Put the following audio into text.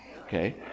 Okay